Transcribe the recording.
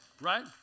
right